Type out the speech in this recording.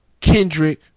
Kendrick